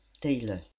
Taylor